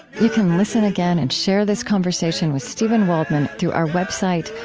you can listen again and share this conversation with steven waldman through our website,